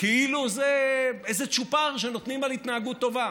כאילו זה איזה צ'ופר שנותנים על התנהגות טובה,